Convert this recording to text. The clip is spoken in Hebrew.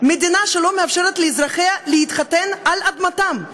מדינה שלא מאפשרת לאזרחיה להתחתן על אדמתם.